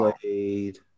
played